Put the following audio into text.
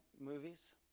movies